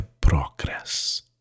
progress